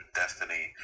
destiny